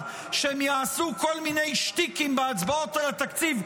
שיעשו כל מיני שטיקים בהצבעות על התקציב,